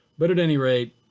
but at any rate,